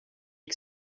que